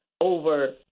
over